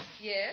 Yes